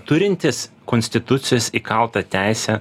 turintis konstitucijos įkaltą teisę